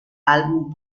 álbum